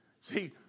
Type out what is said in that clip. See